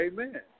Amen